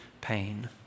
pain